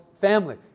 family